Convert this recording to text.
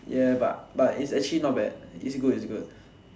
ya but but it's actually not bad it's good it's good